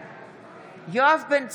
בעד יואב בן צור,